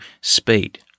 speed